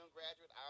graduate